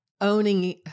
owning